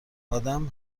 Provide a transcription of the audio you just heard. آدم